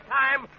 time